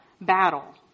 battle